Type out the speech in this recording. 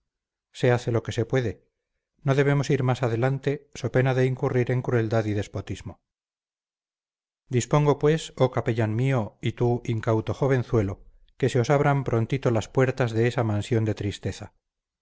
se hace lo que se puede no debemos ir más adelante so pena de incurrir en crueldad y despotismo dispongo pues oh capellán mío y tú incauto jovenzuelo que se os abran prontito las puertas de esa mansión de tristeza